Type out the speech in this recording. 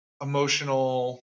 emotional